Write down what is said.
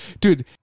dude